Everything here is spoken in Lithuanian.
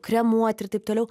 kremuoti ir taip toliau